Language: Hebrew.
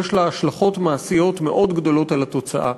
יש לה השלכות מעשיות מאוד גדולות על התוצאה.